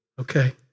Okay